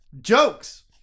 jokes